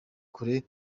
kuri